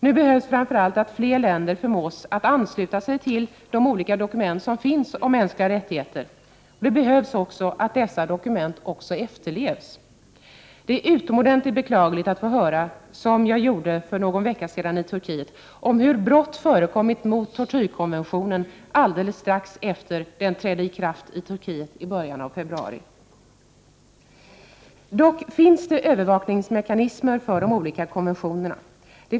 Nu behövs framför allt att fler länder förmås att ansluta sig till de olika dokument som finns om mänskliga rättigheter, och att dessa dokument också efterlevs. Det är utomordentligt beklagligt att få höra, som jag gjorde för någon vecka sedan i Turkiet, om hur brott förekommit mot tortyrkonventionen strax efter det att den trädde i kraft i Turkiet i början av februari. Dock finns det övervakningsmekanismer för de olika konventionerna.